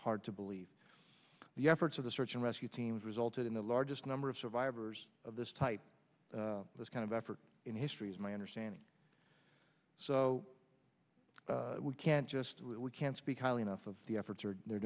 hard to believe the efforts of the search and rescue teams resulted in the largest number of survivors of this type of this kind of effort in history is my understanding so we can't just we can't speak highly enough of the effort they're